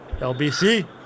LBC